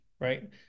right